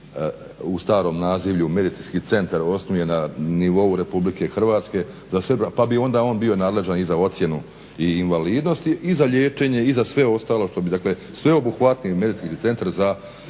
u starom nazivlju medicinski centra osnuje na nivou Republike Hrvatske za sve branitelje. Pa bi onda on bio nadležan i za ocjenu, i invalidnosti, i za liječenje i za sve ostalo što bi, dakle sveobuhvatni medicinski centar za